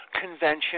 convention